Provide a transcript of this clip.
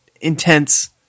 intense